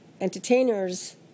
entertainers